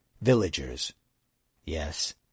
villagers—yes